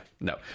No